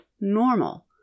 normal